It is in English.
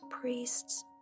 priests